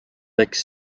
becs